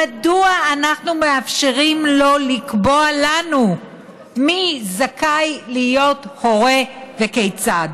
מדוע אנחנו מאפשרים לו לקבוע לנו מי זכאי להיות הורה וכיצד?